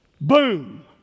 Boom